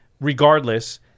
regardless